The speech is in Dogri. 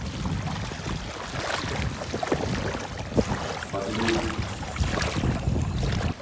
अच्छा बाकी दूई